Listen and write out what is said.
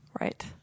Right